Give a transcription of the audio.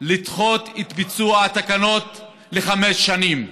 לדחות את ביצוע התקנות לחמש שנים.